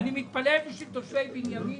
אני מתפלל בשביל תושבי בנימינה,